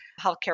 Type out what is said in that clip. healthcare